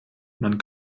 man